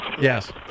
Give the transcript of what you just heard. Yes